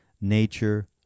nature